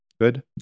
Good